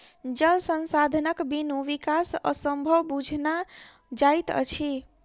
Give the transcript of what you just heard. जल संसाधनक बिनु विकास असंभव बुझना जाइत अछि